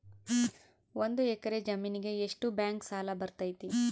ಒಂದು ಎಕರೆ ಜಮೇನಿಗೆ ಎಷ್ಟು ಬ್ಯಾಂಕ್ ಸಾಲ ಬರ್ತೈತೆ?